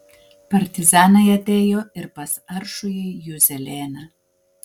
partizanai atėjo ir pas aršųjį juzelėną